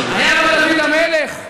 היה בה דוד המלך,